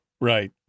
Right